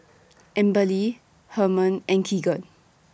Amberly Herman and Keegan